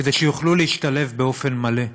כדי שיוכלו להשתלב באופן מלא.